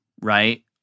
right